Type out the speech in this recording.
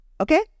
okay